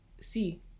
see